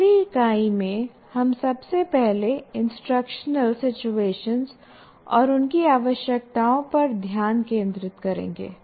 अगली इकाई में हम सबसे पहले इंस्ट्रक्शनल सिचुएशंस और उनकी आवश्यकताओं पर ध्यान केन्द्रित करेंगे